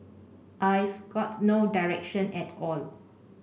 I've got no direction at all